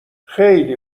خیلی